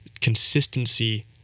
consistency